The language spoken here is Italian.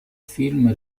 film